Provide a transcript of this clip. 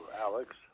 Alex